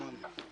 קריטי.